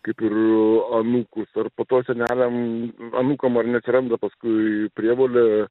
kaip ir anūkus ar po to seneliam anūkam ar neatsiranda paskui prievolė